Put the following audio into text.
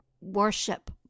worship